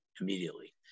immediately